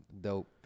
dope